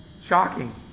Shocking